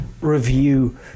review